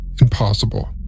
impossible